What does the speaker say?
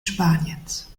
spaniens